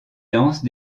lance